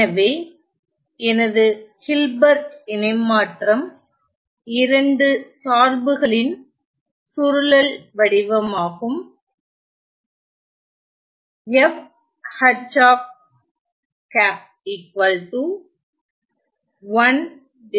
எனவே எனது ஹில்பர்ட் இணைமாற்றம் இரண்டு சார்புகளின் சுருளல் வடிவமாகும்